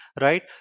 right